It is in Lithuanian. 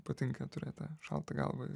patinka turit tą šaltą galvą ir